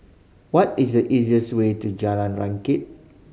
what is the easiest way to Jalan Rakit